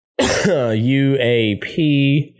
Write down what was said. UAP